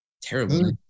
Terrible